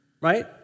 right